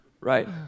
right